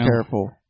careful